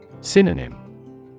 Synonym